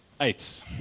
eight